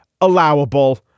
allowable